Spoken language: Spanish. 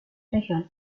región